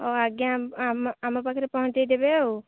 ହଉ ଆଜ୍ଞା ଆମ ପାଖରେ ପହଞ୍ଚେଇଦେବେ ଆଉ